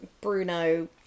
Bruno